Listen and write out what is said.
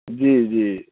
जी जी